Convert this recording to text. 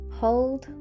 hold